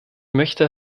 möchte